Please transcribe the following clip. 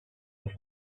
auf